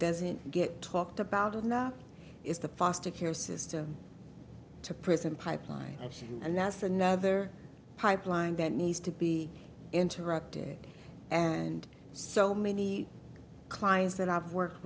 doesn't get talked about enough is the foster care system to prison pipeline and that's another pipeline that needs to be interrupted and so many clients that i've worked